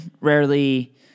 Rarely